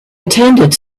attended